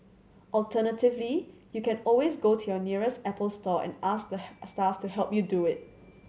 alternatively you can always go to your nearest Apple store and ask the staff to help you do it